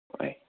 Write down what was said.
হয়